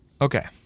Okay